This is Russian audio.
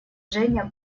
женя